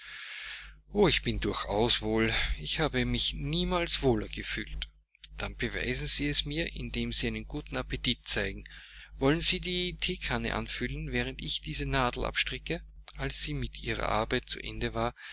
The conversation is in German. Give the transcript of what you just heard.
o ich bin durchaus wohl ich habe mich niemals wohler gefühlt dann beweisen sie es mir indem sie einen guten appetit zeigen wollen sie die theekanne anfüllen während ich diese nadel abstricke als sie mit ihrer arbeit zu ende war